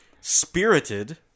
Spirited